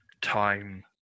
time